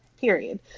period